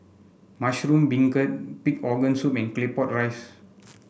Mushroom Beancurd Pig Organ Soup and Claypot Rice